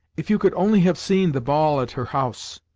if you could only have seen the ball at her house!